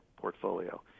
portfolio